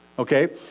Okay